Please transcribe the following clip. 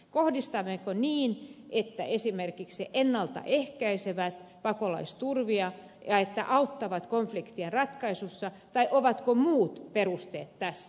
kohdistammeko niin että ne esimerkiksi ennalta ehkäisevät pakolaistulvia ja auttavat konfliktien ratkaisussa vai onko muita perusteita tässä